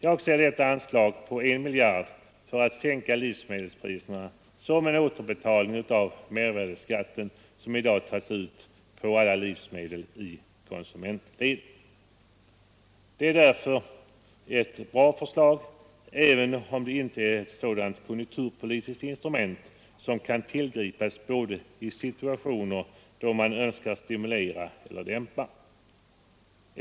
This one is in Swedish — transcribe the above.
Jag ser detta anslag på 1 miljard för att sänka livsmedelspriserna såsom en återbetalning av mervärdeskatten, som i dag tas ut på alla livsmedel i konsumentledet. Det är därför ett bra förslag, även om det inte är ett sådant konjunkturpolitiskt instrument som kan tillgripas både i situationer då man önskar stimulera och i situationer då man önskar dämpa.